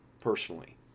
personally